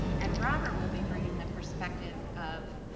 and robert will be bringing the perspective of,